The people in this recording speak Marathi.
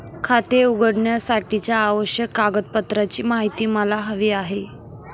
खाते उघडण्यासाठीच्या आवश्यक कागदपत्रांची माहिती मला हवी आहे